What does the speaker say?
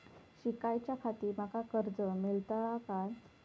शिकाच्याखाती माका कर्ज मेलतळा काय?